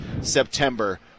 september